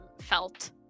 felt